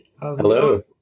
Hello